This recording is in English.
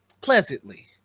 pleasantly